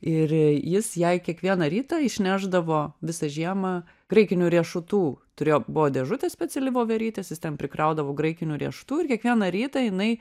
ir jis jai kiekvieną rytą išnešdavo visą žiemą graikinių riešutų turėjo buvo dėžutė speciali voverytės jis ten prikraudavo graikinių riešutų ir kiekvieną rytą jinai